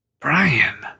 Brian